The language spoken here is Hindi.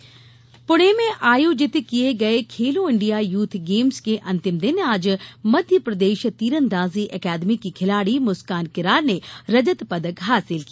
खेलो इंडिया प्णे में आयोजित किये गये खेलों इंडिया यूथ गेम्स के अंतिम दिन आज मध्यप्रदेश तीरदांजी अकादमी की खिलाडी मुस्कान किरार ने रजत पदक हासिल किया